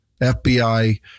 FBI